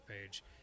page